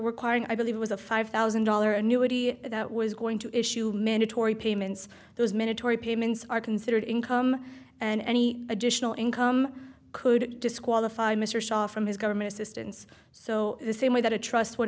quoting i believe it was a five thousand dollar annuity that was going to issue mandatory payments those minatory payments are considered income and any additional income could disqualify mr shaw from his government assistance so the same way that a trust would